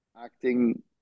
acting